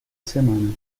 semana